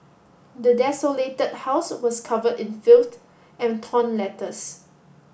the desolated house was covered in filth and torn letters